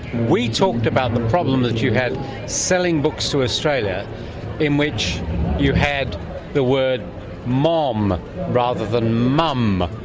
we talked about the problem that you had selling books to australia in which you had the word mom rather than mum.